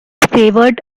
favored